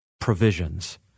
provisions